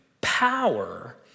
power